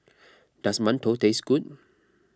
does Mantou taste good